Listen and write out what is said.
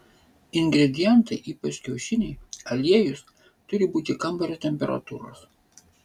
ingredientai ypač kiaušiniai aliejus turi būti kambario temperatūros